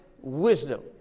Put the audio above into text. wisdom